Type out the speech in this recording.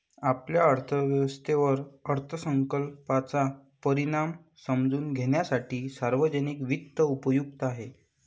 आपल्या अर्थव्यवस्थेवर अर्थसंकल्पाचा परिणाम समजून घेण्यासाठी सार्वजनिक वित्त उपयुक्त आहे